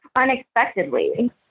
unexpectedly